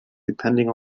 depending